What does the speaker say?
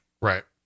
Right